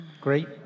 Great